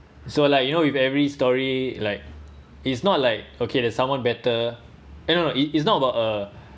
so like you know with every story like it's not like okay the someone better uh no no is not about a